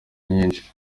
nyinshi